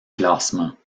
classements